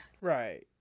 right